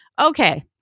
Okay